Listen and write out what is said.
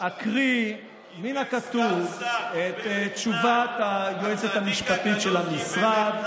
אקריא מן הכתוב את תשובת היועצת המשפטית של המשרד,